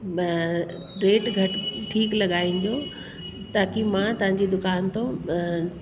अ rate घटि ठीकु लॻाइजो ताकि मां तव्हांजी दुकान तां अ